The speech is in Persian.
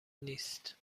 نیست